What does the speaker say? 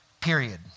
period